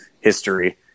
history